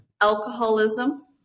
alcoholism